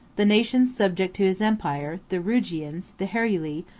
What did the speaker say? the nations subject to his empire, the rugians, the heruli,